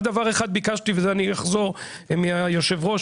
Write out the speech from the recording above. רק דבר אחד ביקשתי וזה אני אחזור מהיושב ראש,